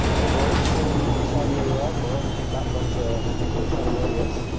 hey boys, calling you from san diego airport back off to to sunny vegas.